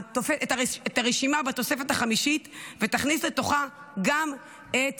הרשימה בתוספת החמישית ותכניס לתוכה גם את